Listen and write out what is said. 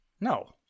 No